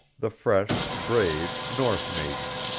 the fresh, brave north-maiden.